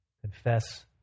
confess